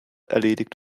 erledigt